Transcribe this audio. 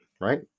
right